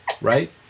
right